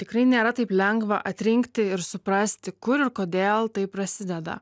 tikrai nėra taip lengva atrinkti ir suprasti kur ir kodėl tai prasideda